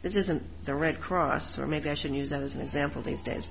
this isn't the red cross or maybe i should use that as an example these days